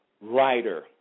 writer